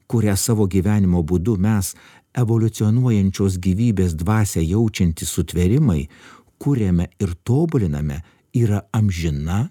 kurią savo gyvenimo būdu mes evoliucionuojančios gyvybės dvasią jaučiantys sutvėrimai kuriame ir tobuliname yra amžina